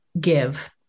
give